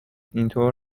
اینطور